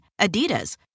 Adidas